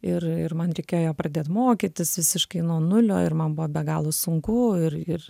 ir ir man reikėjo ją pradėt mokytis visiškai nuo nulio ir man buvo be galo sunku ir ir